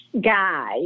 guy